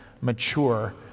mature